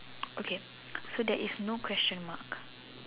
okay so there is no question mark